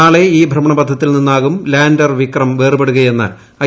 നാളെ ഈ ഭ്രമണപഥത്തിൽ നിന്നൂറ്കും ലാന്റർ വിക്രം വേർപെടുകയെന്ന് ഐ